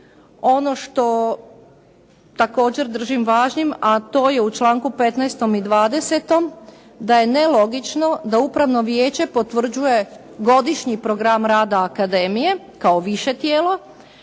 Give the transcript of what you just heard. Ono što također držim važnim a to je u članku 15. i 20. da je nelogično da upravno vijeće potvrđuje godišnji program rada akademije kao više tijelo